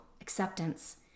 acceptance